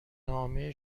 نامه